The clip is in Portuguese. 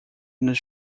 nos